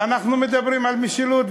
ואנחנו מדברים על משילות,